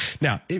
Now